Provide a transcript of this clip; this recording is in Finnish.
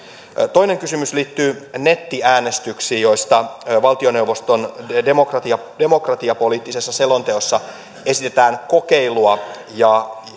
toinen kysymys liittyy nettiäänestyksiin joista valtioneuvoston demokratiapoliittisessa selonteossa esitetään kokeilua ja